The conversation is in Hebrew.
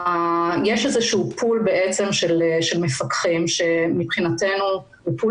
יש איזשהו פול של מפקחים שמבחינתנו הוא פול